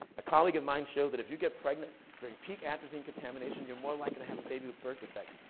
a colleague of mine showed that if you get pregnant during peak atrazine contamination, you're more likely to have a baby with birth defects.